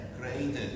created